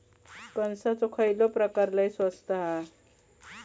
कणसाचो खयलो प्रकार लय स्वस्त हा?